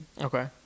okay